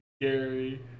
Gary